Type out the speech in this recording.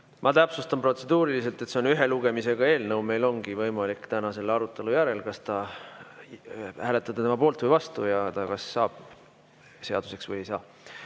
Ma täpsustan protseduuriliselt, et see on ühe lugemisega eelnõu, meil ongi võimalik täna selle arutelu järel hääletada kas selle poolt või vastu ja see kas saab seaduseks või ei saa.